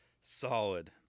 Solid